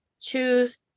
choose